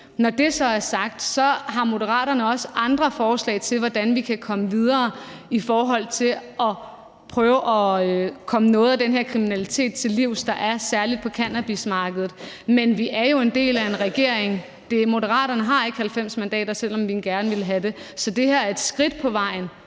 Når det så er sagt, har Moderaterne også andre forslag til, hvordan vi kan komme videre i forhold til at prøve at komme noget af den her kriminalitet, der særlig er på cannabismarkedet, til livs. Men vi er jo en del af en regering. Moderaterne har ikke 90 mandater, selv om vi gerne ville have det. Så det her er et skridt på vejen.